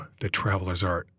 thetravelersart